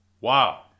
Wow